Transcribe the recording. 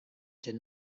did